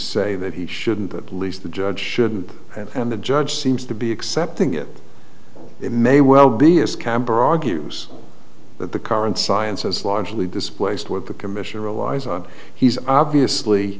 say that he shouldn't at least the judge should and the judge seems to be accepting it it may well be as camber argues that the current science has largely displaced what the commissioner relies on he's obviously